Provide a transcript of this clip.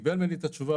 קיבל ממני את התשובה.